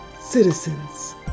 citizens